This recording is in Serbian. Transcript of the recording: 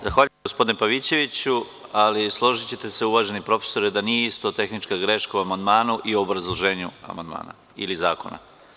Zahvaljujem gospodine Pavićeviću, ali složićete se uvaženi profesore da nije isto tehnička greška u amandmanu i obrazloženje amandmana ili zakona.